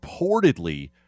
reportedly